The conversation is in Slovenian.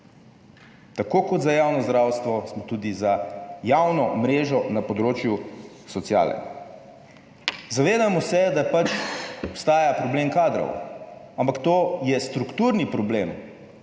Tako kot za javno zdravstvo, smo tudi za javno mrežo na področju sociale. Zavedamo se, da obstaja problem kadrov, ampak to je strukturni problem,